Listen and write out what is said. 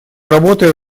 работая